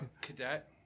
Cadet